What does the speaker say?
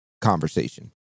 conversation